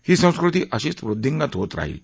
ही संस्कृती अशीच वृद्धींगत होत राहील